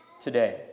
today